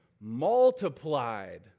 multiplied